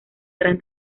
gran